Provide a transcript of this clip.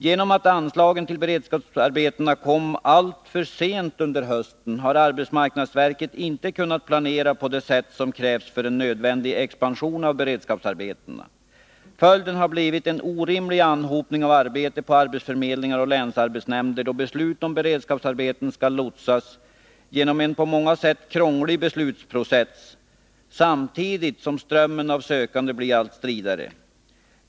Genom att anslagen till beredskapsarbetena kom alltför sent under hösten har arbetsmarknadsverket inte kunnat planera på det sätt som krävs för en nödvändig expansion av beredskapsarbetena. Följden har blivit en orimlig anhopning av arbete på arbetsförmedlingar och länsarbetsnämnder, då beslut om beredskapsarbeten skall lotsas genom en på många sätt krånglig beslutsprocess samtidigt som strömmen av sökande blir allt stridare.